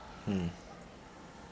mm